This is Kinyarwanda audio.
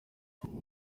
nyuma